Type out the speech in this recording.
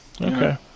Okay